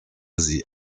sie